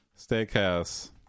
Steakhouse